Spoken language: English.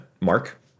mark